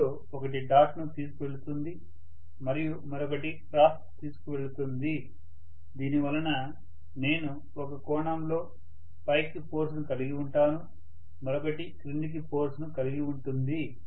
వాటిలో ఒకటి డాట్ ను తీసుకువెళుతుంది మరియు మరొకటి క్రాస్ తీసుకువెళుతుంది దీనివలన నేను ఒక కోణంలో పైకి ఫోర్సును కలిగి ఉంటాను మరొకటి క్రిందికి ఫోర్సును కలిగి ఉంటుంది